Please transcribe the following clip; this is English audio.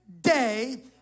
day